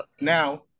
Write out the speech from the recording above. now